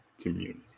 community